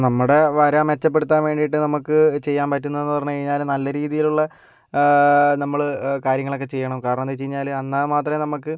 നമ്മുടെ വര മെച്ചപ്പെടുത്താൻ വേണ്ടിയിട്ട് നമുക്ക് ചെയ്യാൻ പറ്റുന്നെന്ന് പറഞ്ഞ് കഴിഞ്ഞാല് നല്ല രീതിയിലുള്ള നമ്മള് കാര്യങ്ങളൊക്കെ ചെയ്യണം കാരണന്തെന്നു വെച്ചു കഴിഞ്ഞാല് എന്നാൽ മാത്രമേ നമുക്ക്